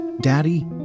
daddy